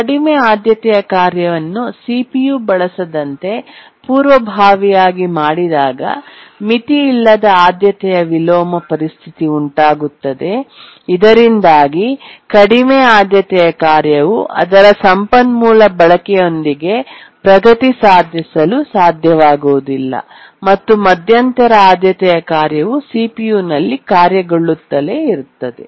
ಕಡಿಮೆ ಆದ್ಯತೆಯ ಕಾರ್ಯವನ್ನು ಸಿಪಿಯು ಬಳಸದಂತೆ ಪೂರ್ವಭಾವಿಯಾಗಿ ಮಾಡಿದಾಗ ಮಿತಿಯಿಲ್ಲದ ಆದ್ಯತೆಯ ವಿಲೋಮ ಪರಿಸ್ಥಿತಿ ಉಂಟಾಗುತ್ತದೆ ಇದರಿಂದಾಗಿ ಕಡಿಮೆ ಆದ್ಯತೆಯ ಕಾರ್ಯವು ಅದರ ಸಂಪನ್ಮೂಲ ಬಳಕೆಯೊಂದಿಗೆ ಪ್ರಗತಿ ಸಾಧಿಸಲು ಸಾಧ್ಯವಾಗುವುದಿಲ್ಲ ಮತ್ತು ಮಧ್ಯಂತರ ಆದ್ಯತೆಯ ಕಾರ್ಯವು ಸಿಪಿಯುನಲ್ಲಿ ಕಾರ್ಯಗತಗೊಳ್ಳುತ್ತಲೇ ಇರುತ್ತದೆ